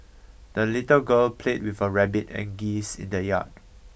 the little girl played with her rabbit and geese in the yard